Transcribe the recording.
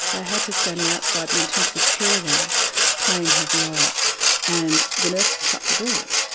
i had her standing outside the intensive care room playing her viola and the nurse shut the door.